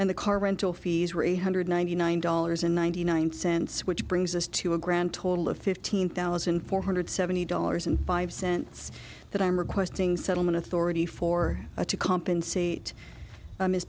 and the car rental fees were a hundred ninety nine dollars and ninety nine cents which brings us to a grand total of fifteen thousand four hundred seventy dollars and five cents that i am requesting settlement authority for a to compensate